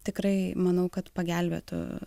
tikrai manau kad pagelbėtų